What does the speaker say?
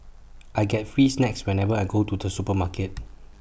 I get free snacks whenever I go to the supermarket